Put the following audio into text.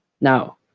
Now